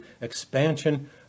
expansion